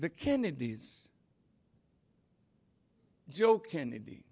the kennedys joe kennedy